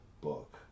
book